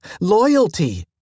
loyalty